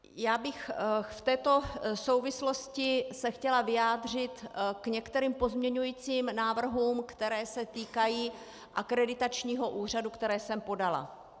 Já bych se v této souvislosti chtěla vyjádřit k některým pozměňovacím návrhům, které se týkají akreditačního úřadu, které jsem podala.